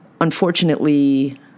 unfortunately